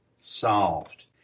solved